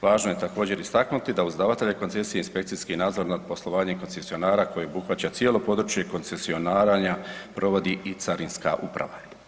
Važno je također istaknuti da uz davatelja koncesije inspekcijski nadzor nad poslovanjem koncesionara koji obuhvaća cijelo područje koncesioniranja provodi i Carinska uprava.